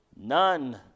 None